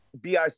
BIC